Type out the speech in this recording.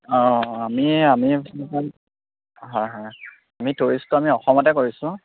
অঁ আমি আমি হয় হয় আমি টুৰিষ্টটো আমি অসমতে কৰিছোঁ